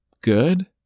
good